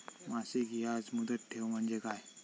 मासिक याज मुदत ठेव म्हणजे काय?